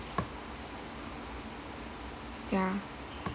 ya